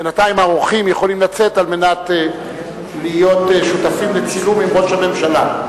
בינתיים האורחים יכולים לצאת על מנת להיות שותפים לצילום עם ראש הממשלה.